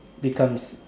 becomes